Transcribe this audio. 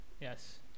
Yes